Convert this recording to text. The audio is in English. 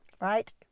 Right